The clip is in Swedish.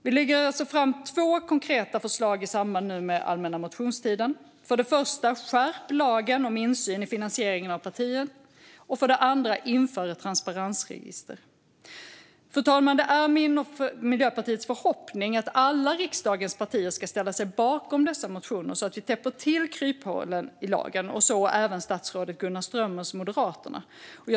Vi lägger alltså fram två konkreta förslag i samband med allmänna motionstiden. För det första: Skärp lagen om insyn i finansieringen av partier! För det andra: Inför ett transparensregister! Fru talman! Det är min och Miljöpartiets förhoppning att alla riksdagens partier, så även statsrådet Gunnar Strömmers Moderaterna, ska ställa sig bakom dessa motioner så att vi täpper till kryphålen i lagen.